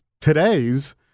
today's